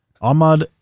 Ahmad